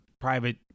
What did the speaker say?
private